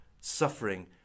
suffering